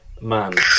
Man